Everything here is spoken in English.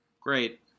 great